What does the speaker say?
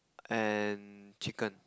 and chicken